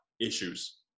issues